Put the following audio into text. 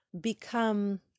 become